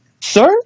Sir